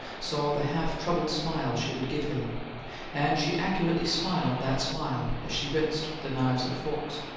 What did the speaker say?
saw the half-troubled smile she would give him and she accurately smiled that smile as she rinsed the knives and forks.